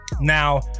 now